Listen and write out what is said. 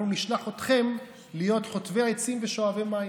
אנחנו נשלח אתכם להיות חוטבי עצים ושואבי מים.